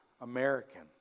American